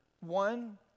One